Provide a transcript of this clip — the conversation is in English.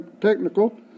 Technical